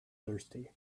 thirsty